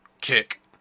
kick